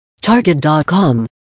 Target.com